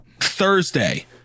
Thursday